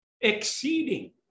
exceeding